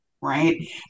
right